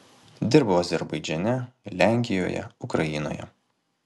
dirbau azerbaidžane lenkijoje ukrainoje